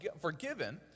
forgiven